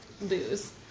Lose